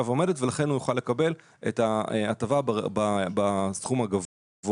ועומדת ולכן הוא יוכל לקבל את ההטבה בסכום הגבוה.